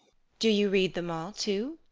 do you read them all, too?